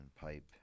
pipe